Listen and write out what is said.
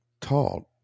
taught